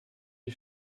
die